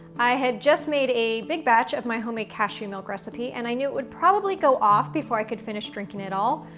i had just made a big batch of my homemade cashew milk recipe and i know it would probably go off before i could finish drinking it all,